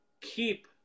keep